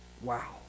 Wow